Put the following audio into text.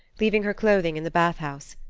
leaving her clothing in the bath-house.